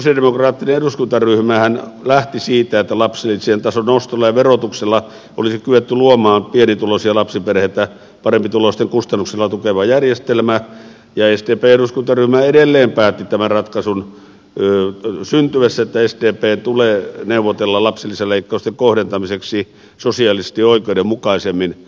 sosialidemokraattinen eduskuntaryhmähän lähti siitä että lapsilisien tason nostolla ja verotuksella olisi kyetty luomaan pienituloisia lapsiperheitä parempituloisten kustannuksella tukeva järjestelmä ja sdpn eduskuntaryhmä edelleen päätti tämän ratkaisun syntyessä että sdpn tulee neuvotella lapsilisäleikkausten kohdentamiseksi sosiaalisesti oikeudenmukaisemmin